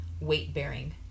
weight-bearing